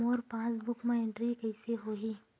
मोर passbook मा entry कइसे होही?